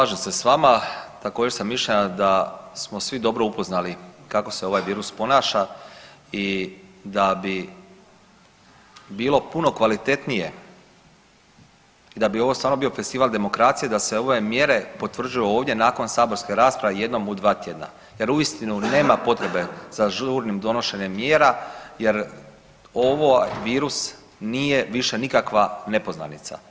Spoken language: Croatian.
Slažem se s vama, takvog sam mišljenja da smo svi dobro upoznali kako se ovaj virus ponaša i da bi bilo puno kvalitetnije i da bi ovo stvarno bio festival demokracije da se ove mjere potvrđuju ovdje nakon saborske rasprave jednom u 2 tjedna jer uistinu nema potrebe za žurnim donošenjem mjera jer ovo virus nije više nikakva nepoznanica.